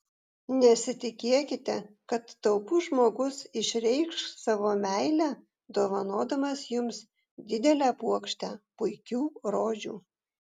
nesitikėkite kad taupus žmogus išreikš savo meilę dovanodamas jums didelę puokštę puikių rožių